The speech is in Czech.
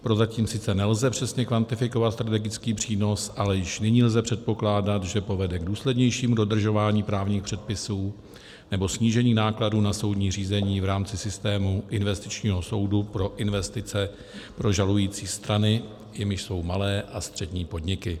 Prozatím sice nelze přesně kvantifikovat strategický přínos, ale již nyní lze předpokládat, že povede k důslednějšímu dodržování právních předpisů nebo snížení nákladů na soudní řízení v rámci systému investičního soudu pro investice pro žalující strany, jimiž jsou malé a střední podniky.